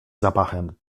zapachem